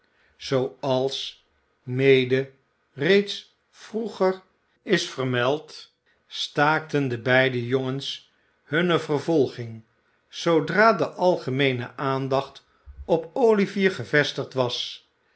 zooals mede reeds vroeger is vermeld staakten de beide jongens hunne vervolging zoodra de agemeene aandacht op oïïvier gevestigd was